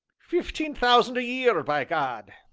fifteen thousand a year, by gad!